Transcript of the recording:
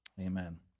Amen